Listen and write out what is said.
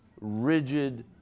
rigid